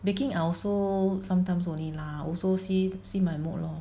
baking I also sometimes only lah also see see my mood lor